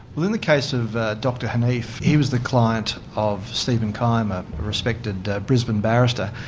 well, in the case of dr haneef, he was the client of stephen keim, a respected brisbane barrister.